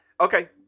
Okay